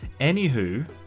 anywho